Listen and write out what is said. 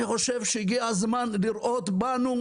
אני חושב שהגיע הזמן לראות בנו,